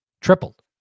Tripled